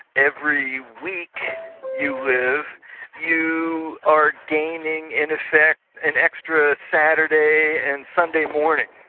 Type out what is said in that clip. every week you live you are gaining in effect, an extra saturday and sunday morning,